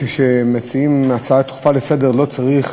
כשמציעים הצעה דחופה לסדר-היום לא צריך